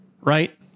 right